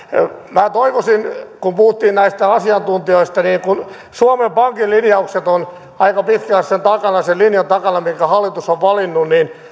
minä toivoisin kun puhuttiin näistä asiantuntijoista kun suomen pankin linjaukset ovat aika pitkälle sen linjan takana minkä hallitus on valinnut